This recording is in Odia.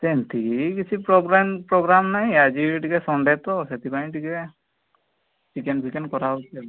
ସେମିତି କିଛି ପ୍ରୋଗ୍ରାମ୍ ପ୍ରୋଗ୍ରାମ୍ ନାହିଁ ଆଜି ଟିକିଏ ସନ୍ଡ଼େ ତ ସେଥିପାଇଁ ଟିକିଏ ଚିକେନ୍ ଫିକେନ୍ କରା ହେଉଛି ଆଉ